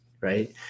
right